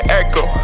echo